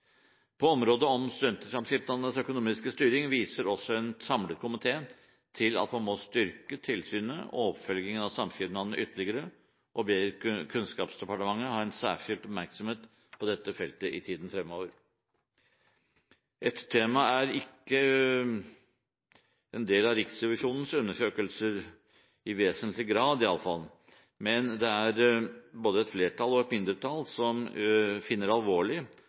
gjelder området om studentsamskipnadenes økonomiske styring, viser også en samlet komité til at man må styrke tilsynet og oppfølgingen av samskipnadene ytterligere, og ber Kunnskapsdepartementet ha en særskilt oppmerksomhet på dette feltet i tiden fremover. Et tema som ikke er en del av Riksrevisjonens undersøkelser, i vesentlig grad, i alle fall, men som både et flertall og et mindretall finner alvorlig,